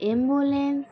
ambulance